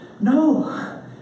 No